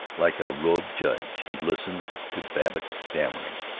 like a robed judge he listened to babbitt's stammering